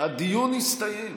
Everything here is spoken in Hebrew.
הדיון הסתיים.